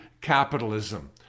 capitalism